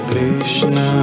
Krishna